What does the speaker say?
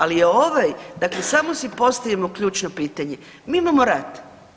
Ali je ovaj, dakle samo si postavimo ključno pitanje mi imamo rat.